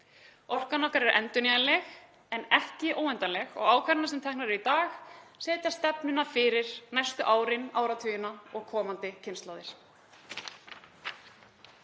Orkan okkar er endurnýjanleg en ekki óendanleg og ákvarðanir sem teknar eru í dag setja stefnuna fyrir næstu árin, áratugina og komandi kynslóðir.